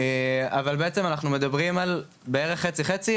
אבל בעצם אנחנו מדברים על חצי חצי,